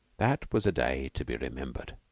that was a day to be remembered,